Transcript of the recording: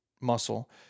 muscle